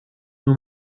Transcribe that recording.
nur